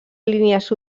línies